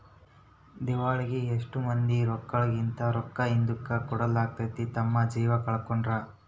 ದಿವಾಳಾಗಿ ಎಷ್ಟೊ ಮಂದಿ ರೊಕ್ಕಿದ್ಲೆ, ರೊಕ್ಕ ಹಿಂದುಕ ಕೊಡರ್ಲಾದೆ ತಮ್ಮ ಜೀವ ಕಳಕೊಂಡಾರ